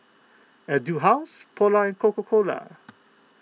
Etude House Polar and Coca Cola